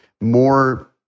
more